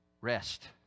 Rest